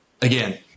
again –